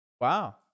Wow